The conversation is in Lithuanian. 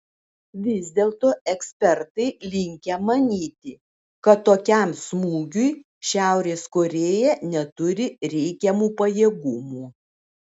vis dėlto ekspertai linkę manyti kad tokiam smūgiui šiaurės korėja neturi reikiamų pajėgumų